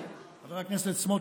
חבר הכנסת סמוטריץ',